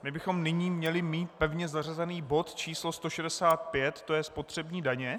My bychom nyní měli mít pevně zařazený bod č. 165 to je spotřební daně.